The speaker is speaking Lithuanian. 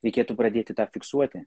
reikėtų pradėkite tą fiksuoti